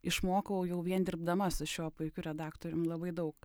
išmokau jau vien dirbdama su šiuo puikiu redaktorium labai daug